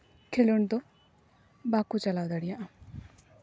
ᱠᱷᱮᱞᱳᱰ ᱫᱚ ᱵᱟᱠᱚ ᱪᱟᱞᱟᱣ ᱫᱟᱲᱮᱭᱟᱜ